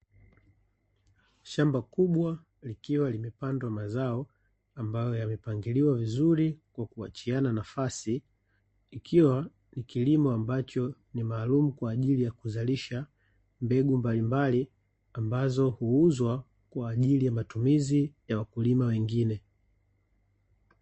Shamba kubwa likiwa limepandwa mazao, ambayo yamepangiliwa vizuri kwa kuachiana nafasi, ikiwa ni kilimo ambacho ni maalumu kwa ajili ya kuzalisha mbegu mbalimbali, ambazo huuzwa kwa ajili ya matumizi ya wakulima wengine.